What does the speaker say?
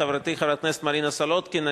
חברתי חברת הכנסת מרינה סולודקין,